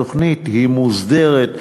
התוכנית היא מוסדרת,